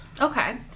Okay